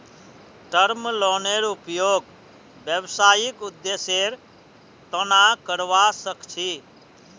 term लोनेर उपयोग व्यावसायिक उद्देश्येर तना करावा सख छी